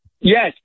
Yes